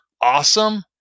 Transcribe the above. awesome